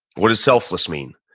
what does selfless mean,